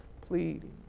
pleading